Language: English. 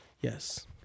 Yes